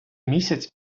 місяць